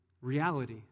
reality